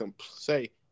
say